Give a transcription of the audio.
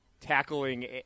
tackling